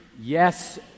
yes